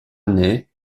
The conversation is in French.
année